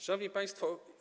Szanowni Państwo!